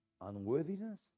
Unworthiness